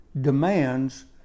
demands